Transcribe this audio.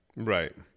Right